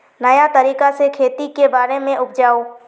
नया तरीका से खेती के बारे में बताऊं?